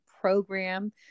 program